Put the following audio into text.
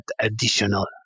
additional